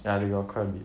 ya they got quite a bit